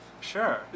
Sure